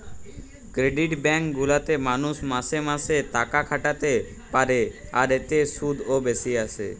credit bank গুলাতে মালুষ মাসে মাসে তাকাখাটাতে পারে, আর এতে শুধ ও বেশি আসে